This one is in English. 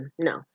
No